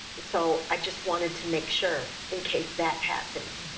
so, i just wanted to make sure in case that happened,